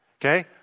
Okay